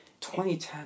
2010